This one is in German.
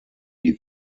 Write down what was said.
die